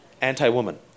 Anti-woman